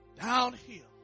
Downhill